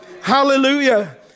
Hallelujah